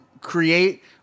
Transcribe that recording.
Create